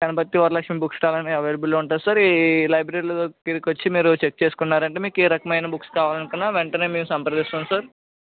Ganapati Varalakshmi books stall అని అవైలబుల్లో ఉంటుంది సార్ ఈ లైబ్రరీ దగ్గరకి వచ్చి మీరు చెక్ చేసుకున్నారంటే మీకు ఏ రకమైన బుక్స్ కావాలనుకున్నా వెంటనే మేము సంప్రదిస్తాం సార్